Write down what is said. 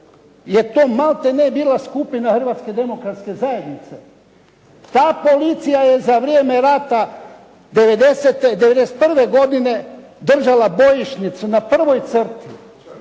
je to maltene bila skupina Hrvatske demokratske zajednice. Ta policija je za vrijeme rata '90.-te, '91. godine držala bojišnicu na prvoj crti.